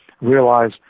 realize